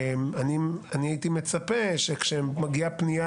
אני הייתי מצפה שכשמגיעה פנייה